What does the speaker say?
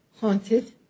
haunted